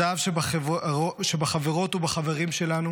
הזהב שבחברות ובחברים שלנו,